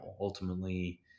Ultimately